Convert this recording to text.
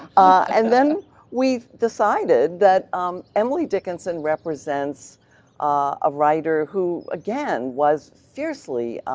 and then we decided that emily dickinson represents ah a writer who again was fiercely